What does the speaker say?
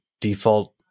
default